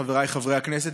חבריי חברי הכנסת,